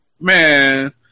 Man